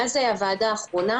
מאז הוועדה האחרונה,